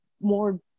more